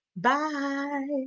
Bye